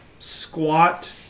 Squat